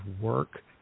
work